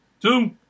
Two